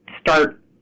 start